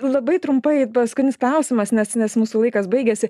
labai trumpai paskutinis klausimas nes nes mūsų laikas baigiasi